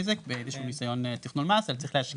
זה באיזשהו ניסיון תכנון מס אלא צריך להשקיע.